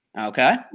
Okay